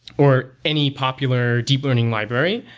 or any popular deep learning library,